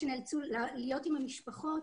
באלה שנאלצו להיות עם המשפחות